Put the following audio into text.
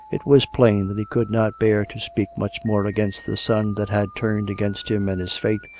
it was plain that he could not bear to speak much more against the son that had turned against him and his faith,